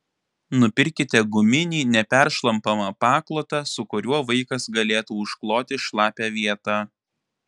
nupirkite guminį neperšlampamą paklotą su kuriuo vaikas galėtų užkloti šlapią vietą